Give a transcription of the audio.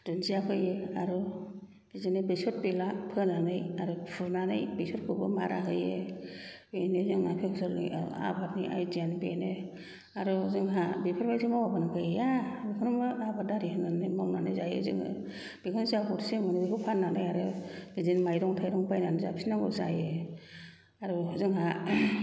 दुन्दिया फोयो आरो बिदिनो बेसर बेला फोनानै आरो फुनानै बेसरखौबो मारा होयो बेनो जोंना संसारनि आबादनि आइदियानो बेनो आरो जोंहा बेफोबादि मावाबानो गैया सामफ्रामबो आबादारि होननानैनो मावनानै जायो जोङो बेखायनो जा गरसे मोनो बेखौनो फाननानै आरो बिदिनो माइरं थाइरं बायनानै जाजोबनांगौ जायो आरो जोंहा